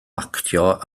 actio